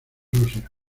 rusia